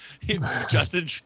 Justin